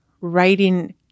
writing